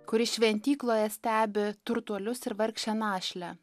kuris šventykloje stebi turtuolius ir vargšę našlę